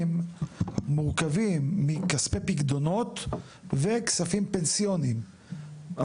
מורכבים מכספי פיקדונות וכספים פנסיוניים.